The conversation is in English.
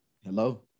Hello